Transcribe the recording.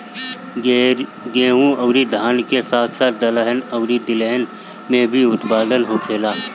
गेहूं अउरी धान के साथ साथ दहलन अउरी तिलहन के भी उत्पादन होखेला